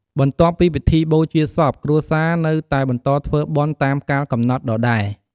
បន្ទាប់ពីពិធីបូជាសព គ្រួសារនៅតែបន្តធ្វើបុណ្យតាមកាលកំណត់ដដែល។